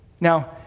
Now